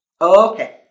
okay